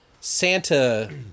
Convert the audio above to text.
Santa